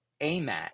AMAT